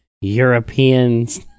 Europeans